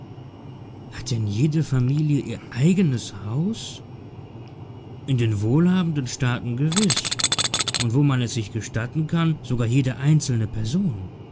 hat denn jede familie ihr eigenes haus in den wohlhabenden staaten gewiß und wo man es sich gestatten kann sogar jede einzelne person